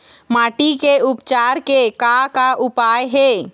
माटी के उपचार के का का उपाय हे?